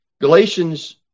Galatians